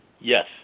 Yes